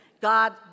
God